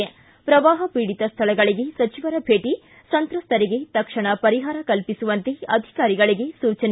ಿದ್ದಾ ಶ್ರವಾಹ ಪೀಡಿತ ಸ್ವಳಗಳಿಗೆ ಸಚಿವರ ಭೇಟಿ ಸಂತ್ರಸ್ತರಿಗೆ ತಕ್ಷಣ ಪರಿಹಾರ ಕಲ್ಪಿಸುವಂತೆ ಅಧಿಕಾರಿಗಳಿಗೆ ಸೂಚನೆ